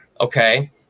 okay